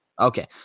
Okay